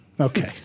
Okay